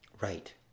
Right